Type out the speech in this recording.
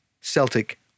Celtic